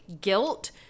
guilt